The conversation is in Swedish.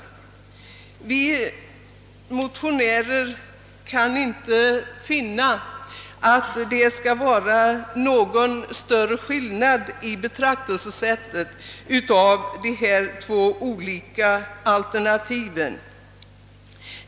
Vi motionärer kan inte finna att det skulle vara någon större anledning till denna skillnad i betraktelsesätt i fråga om dessa två olika alternativ.